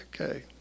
okay